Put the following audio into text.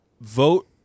vote